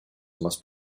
must